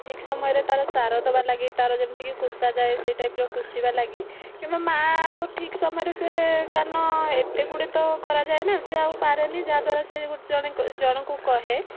ଠିକ୍ ସମୟରେ ତା'ର ସାର ଦେବା ଲାଗି ତା'ର ଯେମିତିକି କୁଶାଯାଏ ସେଇ ଟାଇପର କୁଶିବା ଲାଗି କିନ୍ତୁ ମା ଆଉ ଠିକ୍ ସମୟରେ ସେ କାମ ଏତେ ଗୁଡ଼େ ତ କରାଯାଏ ନା ସେ ଆଉ ପାରେନି ଯାହାଦ୍ଵାରା ସେ ଜଣକୁ କୁହେ